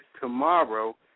tomorrow